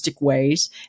ways